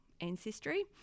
ancestry